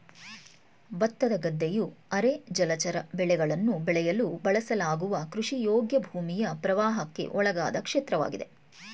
ಭತ್ತದ ಗದ್ದೆಯು ಅರೆ ಜಲಚರ ಬೆಳೆಗಳನ್ನು ಬೆಳೆಯಲು ಬಳಸಲಾಗುವ ಕೃಷಿಯೋಗ್ಯ ಭೂಮಿಯ ಪ್ರವಾಹಕ್ಕೆ ಒಳಗಾದ ಕ್ಷೇತ್ರವಾಗಿದೆ